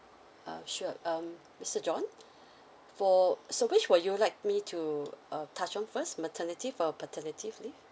uh sure um mister John for so which would you like me to uh touch on first maternity or paternity leave